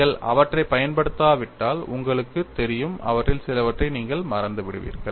நீங்கள் அவற்றைப் பயன்படுத்தாவிட்டால் உங்களுக்குத் தெரியும் அவற்றில் சிலவற்றை நீங்கள் மறந்துவிடுவீர்கள்